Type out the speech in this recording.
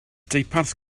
deuparth